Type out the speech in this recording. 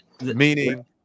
Meaning